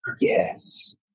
Yes